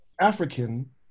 African